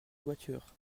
voiture